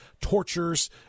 tortures